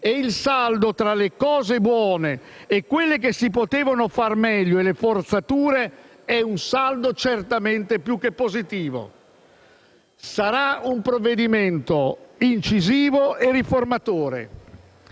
Il saldo tra le cose buone, quelle che si potevano fare meglio e le forzature è certamente più che positivo. Sarà un provvedimento incisivo e riformatore.